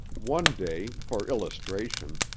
one day, for illustration,